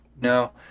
No